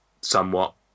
somewhat